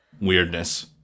weirdness